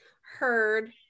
heard